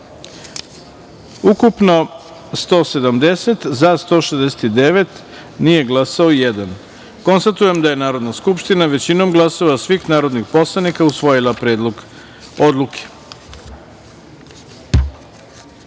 ukupno – 170, za – 169, nije glasao jedan. Konstatujem da je Narodna skupština većinom glasova svih narodnih poslanika usvojila Predlog